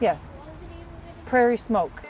yes prairie smoke